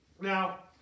Now